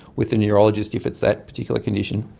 with the neurologist if it's that particular condition,